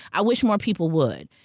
i wish more people would,